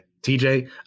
TJ